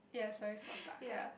ya